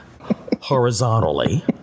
horizontally